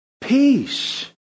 peace